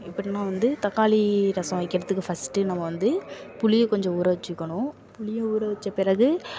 எப்படினா வந்து தக்காளி ரசம் வைக்கிறதுக்கு ஃபஸ்ட்டு நம்ம வந்து புளியை கொஞ்சம் ஊற வச்சுக்கணும் புளியை ஊற வச்சு பிறகு